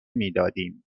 میدادیم